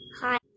Hi